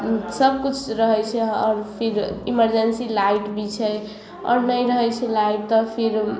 हूँ सबकिछु रहै छै आओर चीज इमरजेन्सी लाइट भी छै आओर नहि रहै छै लाइट तऽ फिर